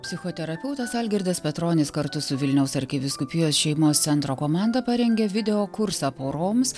psichoterapeutas algirdas petronis kartu su vilniaus arkivyskupijos šeimos centro komanda parengė video kursą poroms